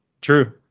true